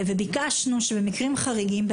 ביקשנו שבמקרים חריגים,